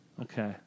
Okay